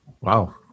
Wow